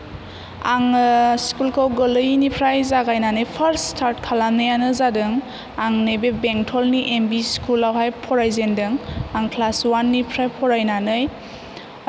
आङो स्कुलखौ गोरलैनिफ्राय जागायनानै फार्स्ट स्टार्ट खालामनायानो जादों आं नैबे बेंटलनि एम भि स्लकुलावहाय फरायजेन्दों आं क्लास वाननिफ्राय फरायनानै